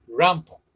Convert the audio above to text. Rampo